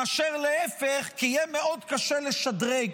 מאשר להפך, כי יהיה מאוד קשה לשדרג